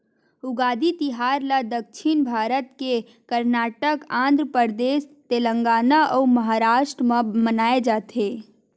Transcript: उगादी तिहार ल दक्छिन भारत के करनाटक, आंध्रपरदेस, तेलगाना अउ महारास्ट म मनाए जाथे